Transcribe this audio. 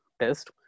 test